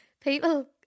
people